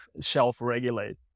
self-regulate